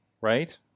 right